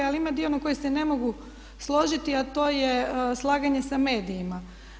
Ali ima dio na koji se ne mogu složiti a to je slaganje sa medijima.